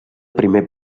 primer